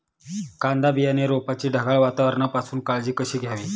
कांदा बियाणे रोपाची ढगाळ वातावरणापासून काळजी कशी घ्यावी?